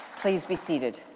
please be seated.